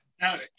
Now